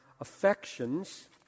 affections